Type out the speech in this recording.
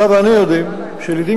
אתה ואני יודעים שלעתים,